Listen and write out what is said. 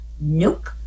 Nope